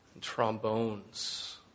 trombones